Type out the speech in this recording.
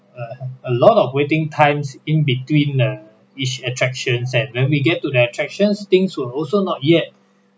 a a lot of waiting times in between uh each attraction and when we get to the attractions things were also not yet